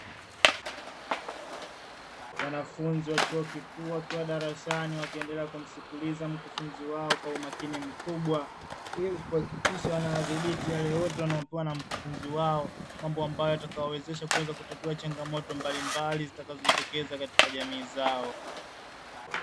Wanafunzi wa chuo kikuu wakiwa darasani wakiendelea kumsikiliza mkufunzi wao, kwa umakini mkubwa ili kuhakikisha wanayadhibiti yale yote wanayopewa na mkufunzi wao mambo ambayo yatayoweza kutatua changamoto mbalimbali zikazojitokeza katika jamii zao.